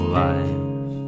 life